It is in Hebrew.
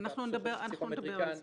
הפסיכומטריקן -- אנחנו נדבר על זה.